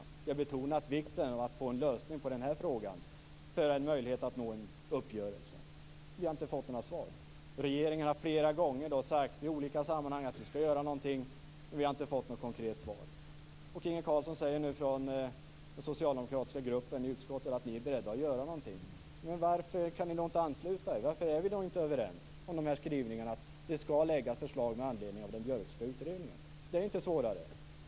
Vi har betonat vikten av att få en lösning på den här frågan, för att det skall finnas en möjlighet att nå en uppgörelse. Vi har inte fått några svar. Regeringen har flera gånger, i olika sammanhang, sagt att man skall göra någonting. Men vi har inte fått något konkret svar. Inge Carlsson säger nu att den socialdemokratiska gruppen i utskottet är beredd att göra någonting. Varför kan ni inte ansluta er? Varför är vi inte överens om skrivningarna, att det skall läggas fram förslag med anledning av den Björkska utredningen? Det är inte svårare.